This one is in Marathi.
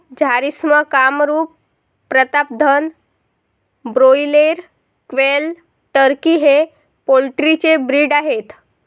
Jharsim, Kamrup, Pratapdhan, broiler, quail, turkey हे पोल्ट्री चे ब्रीड आहेत